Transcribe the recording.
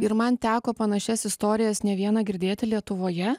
ir man teko panašias istorijas ne vieną girdėti lietuvoje